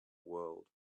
world